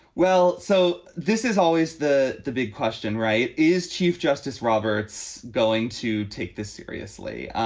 well, so this is always the the big question, right? is chief justice roberts going to take this seriously?